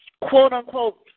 quote-unquote